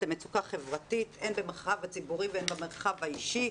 למצוקה חברתית הן במרחב הציבורי והן במרחב האישי,